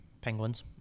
Penguins